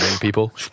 people